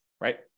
right